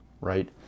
right